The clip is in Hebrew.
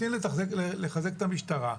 רוצים לחזק את המשטרה.